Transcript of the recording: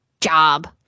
job